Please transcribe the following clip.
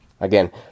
again